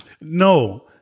No